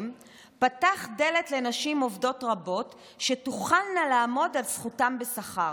פתח דלת לנשים עובדות רבות שתוכלנה לעמוד על זכותן בשכר.